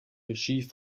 regie